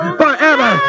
forever